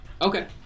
Okay